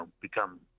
become